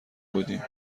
بودیم